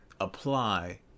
apply